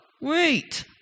Wait